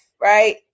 right